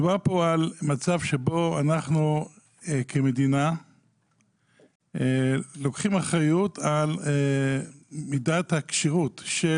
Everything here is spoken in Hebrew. מדובר פה על מצב שבו אנחנו כמדינה לוקחים אחריות על מידת הכשירות של